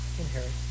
inherit